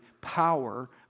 power